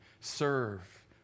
Serve